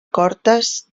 cortes